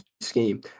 scheme